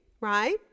right